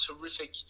terrific